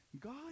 God